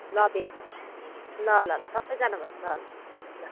ल भेट ल ल ल सबैजना ल ल